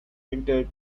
entered